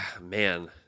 man